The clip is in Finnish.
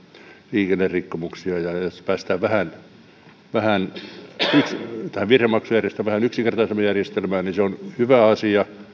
liikennerikkomuksia ja se että päästään tähän virhemaksujärjestelmään vähän yksinkertaisempaan järjestelmään on hyvä asia